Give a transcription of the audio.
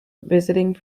visiting